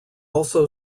also